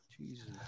Jesus